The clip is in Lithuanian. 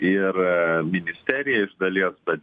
ir ministerija iš dalies bet